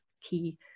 key